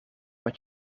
met